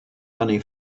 money